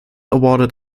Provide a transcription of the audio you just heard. awarded